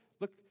Look